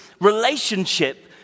relationship